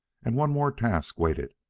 and one more task waited,